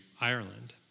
Ireland